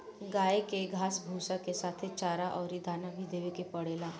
गाई के घास भूसा के साथे चारा अउरी दाना भी देवे के पड़ेला